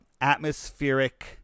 atmospheric –